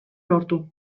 lortu